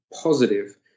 positive